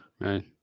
Right